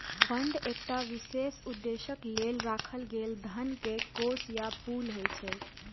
fund एकटा विशेष उद्देश्यक लेल राखल गेल धन के कोष या पुल होइ छै